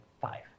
five